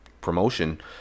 promotion